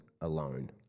alone